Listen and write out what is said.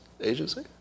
agency